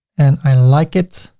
and i like it.